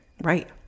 Right